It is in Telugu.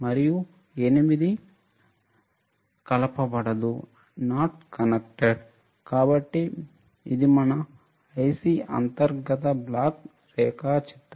మరియు 8 కలపబడదు కాబట్టి ఇది మన ఐసి అంతర్గత బ్లాక్ రేఖాచిత్రం